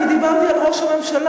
כי דיברתי על ראש הממשלה,